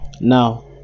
now